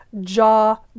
jaw